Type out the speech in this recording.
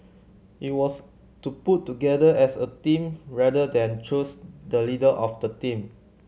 it was to put together as a team rather than choose the leader of the team